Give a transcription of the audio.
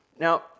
Now